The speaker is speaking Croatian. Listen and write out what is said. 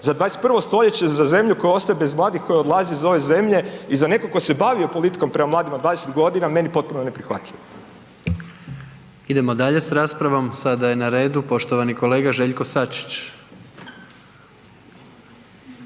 za 21. stoljeće za zemlju koja ostaje bez mladih koji odlaze iz ove zemlje i za nekog tko se bavio politikom prema mladima 20 godina meni potpuno neprihvatljivo. **Jandroković, Gordan (HDZ)** Idemo dalje s raspravom. Sada je na redu poštovani kolega Željko Sačić.